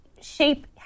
shape